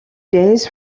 days